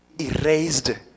erased